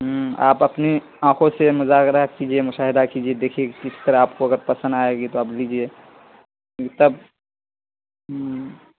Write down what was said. ہوں آپ اپنی آنکھوں سے مذاکرہ کیجیے مشاہدہ کیجیے دیکھیے کہ کس طرح آپ کو اگر پسند آئے گی تو آپ لیجیے تب ہوں